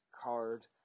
card